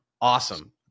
awesome